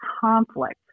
conflict